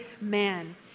man